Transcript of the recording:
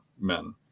men